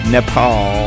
Nepal